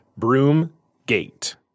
Broomgate